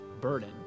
burden